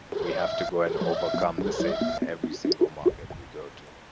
we have to go and overcome the same every single market we go to.